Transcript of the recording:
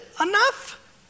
enough